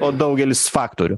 o daugelis faktorių